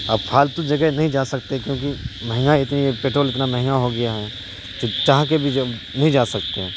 اب فالتو جگہ نہیں جا سکتے کیونکہ مہنگائی اتنی ہے پیٹرول اتنا مہنگا ہو گیا ہے جو چاہ کے بھی جب نہیں جا سکتے ہیں